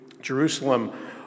Jerusalem